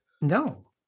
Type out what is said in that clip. no